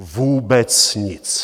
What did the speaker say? Vůbec nic.